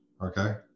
Okay